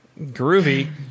Groovy